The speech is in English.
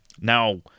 Now